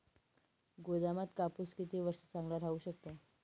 गोदामात कापूस किती वर्ष चांगला राहू शकतो?